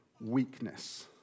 weakness